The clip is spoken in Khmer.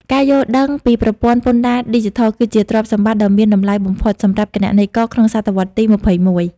ការយល់ដឹងពីប្រព័ន្ធពន្ធដារឌីជីថល គឺជាទ្រព្យសម្បត្តិដ៏មានតម្លៃបំផុតសម្រាប់គណនេយ្យករក្នុងសតវត្សទី២១។